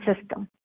system